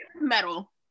metal